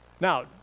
Now